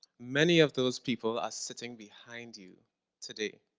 many of those people are sitting behind you today,